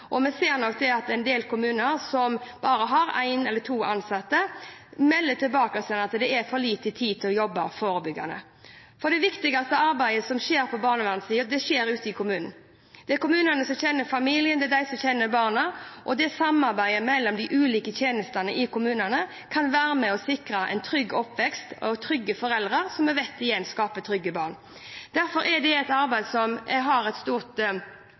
Vi ser at en del kommuner som bare har én eller to ansatte, melder tilbake at det er for liten tid til å jobbe forebyggende. Det viktigste arbeidet som skjer på barnevernssida, skjer ute i kommunen. Det er de i kommunene som kjenner familien, det er de som kjenner barna, og samarbeidet mellom de ulike tjenestene i kommunene kan være med på å sikre en trygg oppvekst og trygge foreldre, som vi igjen vet skaper trygge barn. Derfor har jeg et sterkt trykk på arbeidet med hvordan vi kan klare å få på plass et